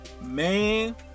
Man